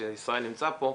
שישראל נמצא פה,